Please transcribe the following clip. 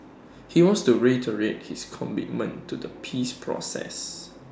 he wants to reiterate his commitment to the peace process